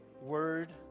word